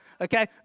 Okay